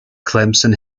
clemson